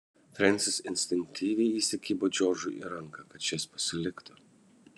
frensis instinktyviai įsikibo džordžui į ranką kad šis pasiliktų